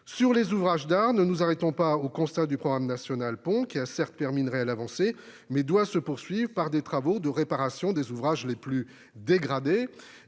les ouvrages d'art, ne nous arrêtons pas aux constats du programme national Ponts, qui a certes permis une réelle avancée, mais qui doit se poursuivre par des travaux de réparation des ouvrages les plus dégradés.